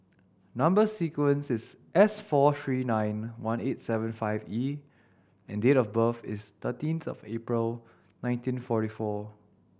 number sequence is S four three nine one eight seven five E and date of birth is thirteen April nineteen forty four